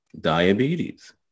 diabetes